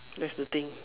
that's the thing